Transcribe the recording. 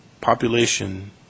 population